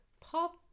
pop